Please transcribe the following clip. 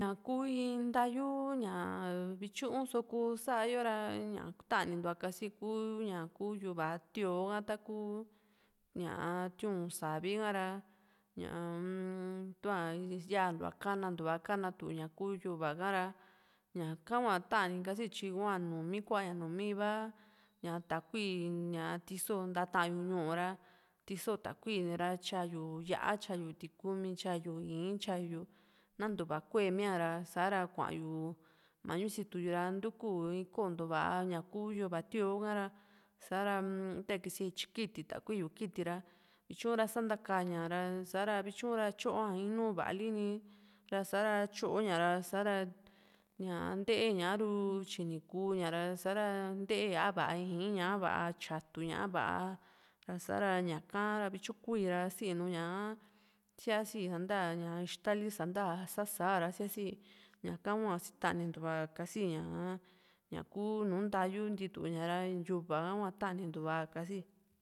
ña kuu in ntayu ña ñ´a vityuu só kuu sa´yo ra ña tanintua kasi ku ña kuu yuva tío ka taku ña´a tui´n savi ka ra ñaa-m tua yantua kanantua kana tu ñaku yuva ka´ra ña ka hua tani kasi tyi hua numi kua´ña numi iva ña takui tiso ntatayu ñu´u ra tiso takui ra tya yu yá´a tyayu tikumi tyayu ii´n tyayu na ntu´va kuemia ra sa´ra kua´yu mañu situ yu ra ntuku in konto va´a ña kuu yuva tíoo ka´ra sara ta ikisíaa yu tyi kiti takui yu kiti ra vityu ra sakantaka ña ra sa´ra vityu ra tyo´a in nuu va´a li ra sa´ra tyoo ña ra sa´ra ñaa ntee ña a´ru ku tyini kuuña ra sa´ra ntee a va´a ii´n ña va´a tyatú ña a va´a ra sa´ra ña ka vityu kuii ra síi nùù ñaa siais sa´nta ixtaki sa´nta sásara síasi ñaka hua sitanintuva ka kasi ña ñá kuu nùù ntayu ntituña ra yuva ka hua tanintuva kasi